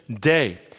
day